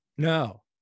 no